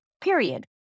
period